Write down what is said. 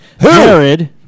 Jared